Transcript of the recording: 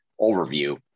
overview